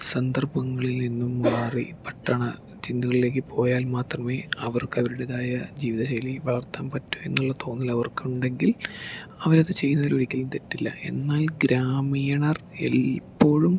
സന്ദർഭങ്ങളിൽ നിന്നും മാറി പട്ടണ ചിന്തകളിലേക്ക് പോയാൽ മാത്രമേ അവർക്ക് അവരുടേതായ ജീവിതശൈലി വളർത്താൻ പറ്റൂ എന്നുള്ള തോന്നൽ അവർക്കുണ്ടെങ്കിൽ അവരത് ചെയ്യുന്നതിൽ ഒരിക്കലും തെറ്റല്ല എന്നാൽ ഗ്രാമീണർ എല്ലായിപ്പോഴും